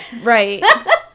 Right